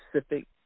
specific